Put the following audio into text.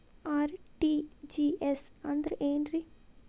RTGS ಅಂದ್ರ ಏನ್ರಿ?